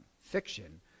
fiction